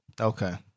Okay